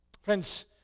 Friends